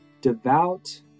devout